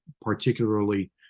particularly